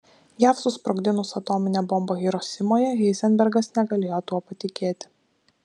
jav susprogdinus atominę bombą hirosimoje heizenbergas negalėjo tuo patikėti